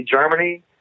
Germany